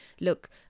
Look